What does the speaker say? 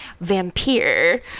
vampire